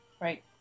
right